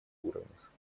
уровнях